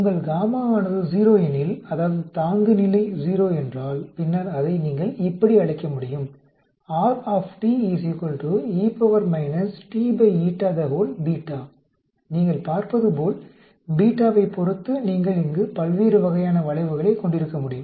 உங்கள் γஆனது 0 எனில் அதாவது தாங்குநிலை 0 என்றால் பின்னர் அதை நீங்கள் இப்படி அழைக்க முடியும் நீங்கள் பார்ப்பதுபோல் βவைப் பொறுத்து நீங்கள் இங்கு பல்வேறு வகையான வளைவுகளைக் கொண்டிருக்கமுடியும்